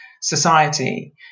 society